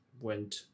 went